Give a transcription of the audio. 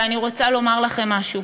ואני רוצה לומר לכם משהו: